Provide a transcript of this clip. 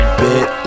bit